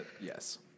Yes